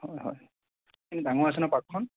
হয় হয় এনে ডাঙৰ আছেনে পাৰ্কখন